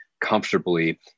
comfortably